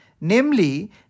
namely